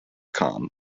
con